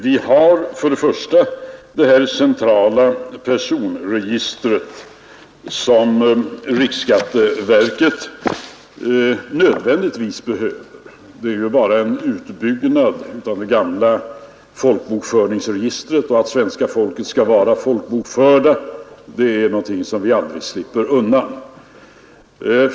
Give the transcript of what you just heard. Vi har för det första det centrala personregistret, som riksskatteverket nödvändigtvis behöver. Det är ju bara en utbyggnad av det gamla folkbokföringsregistret, och kravet att svenska folket skall vara folkbokfört slipper vi aldrig undan.